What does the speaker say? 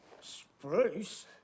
Spruce